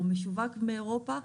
או משווק מאירופה,